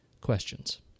questions